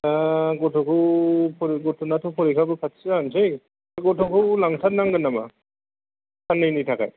गथ'खौ दा गथ'नाथ' फरिखाबो खाथि जानोसै गथ'खौ लांथारनांगोन नामा साननैनि थाखाय